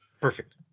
Perfect